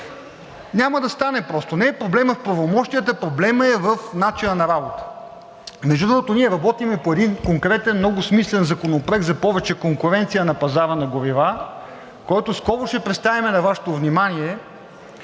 Няма да стане просто. Не е проблемът в правомощия, проблемът е в начина на работа. Между другото, ние работим по един конкретен много смислен законопроект за повече конкуренция на пазара на горива, който скоро ще представим на Вашето внимание,